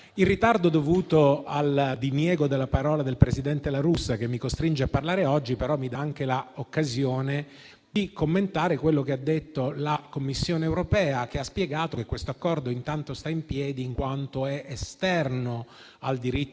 Il ritardo dovuto al diniego della parola da parte del presidente La Russa, che mi costringe a parlare oggi, mi dà però anche l’occasione di commentare quello che ha detto la Commissione europea, che ha spiegato che questo accordo intanto sta in piedi in quanto è esterno al diritto